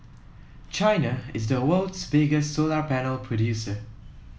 China is the world's biggest solar panel producer